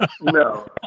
No